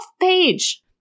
page